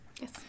Yes